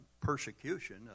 persecution